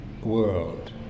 world